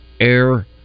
Air